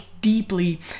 deeply